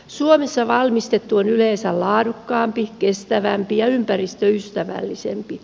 suomessa valmistettu on yleensä laadukkaampi kestävämpi ja ympäristöystävällisempi